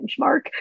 benchmark